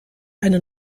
eine